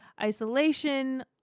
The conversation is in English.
isolation